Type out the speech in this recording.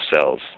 cells